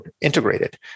integrated